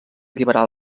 alliberar